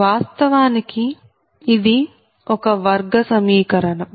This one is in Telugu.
వాస్తవానికి ఇది ఒక వర్గ సమీకరణం